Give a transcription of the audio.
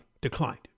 declined